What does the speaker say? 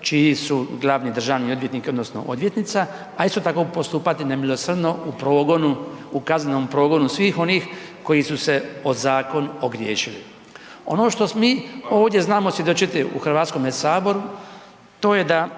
čiji su glavni državni odvjetnik, odnosno odvjetnica, a isto tako postupati nemilosrdno u progonu, u kaznenom progonu svih onih koji su se o zakon ogriješili. Ono što mi ovdje znamo svjedočiti u Hrvatskome saboru, to je da